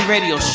Radio